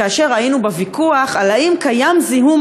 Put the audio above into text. כאשר היינו בוויכוח האם קיים זיהום